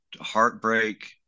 heartbreak